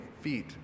feet